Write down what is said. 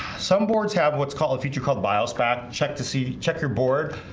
some boards have what's called a feature called bios fat check to see check your board.